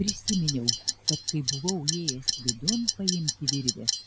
prisiminiau kad kai buvau įėjęs vidun paimti virvės